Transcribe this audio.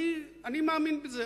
אני מאמין בזה.